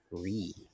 three